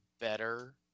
better